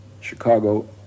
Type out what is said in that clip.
Chicago